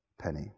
penny